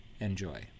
Enjoy